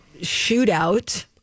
shootout